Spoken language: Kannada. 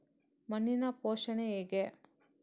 ಮಣ್ಣಿನ ಪೋಷಣೆ ಹೇಗೆ?